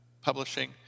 publishing